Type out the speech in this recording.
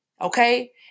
Okay